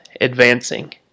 advancing